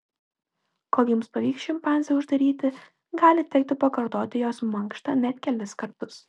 kol jums pavyks šimpanzę uždaryti gali tekti pakartoti jos mankštą net kelis kartus